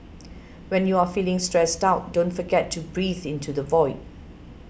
when you are feeling stressed out don't forget to breathe into the void